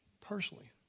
Personally